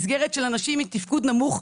מסגרת של אנשים עם תפקוד נמוך,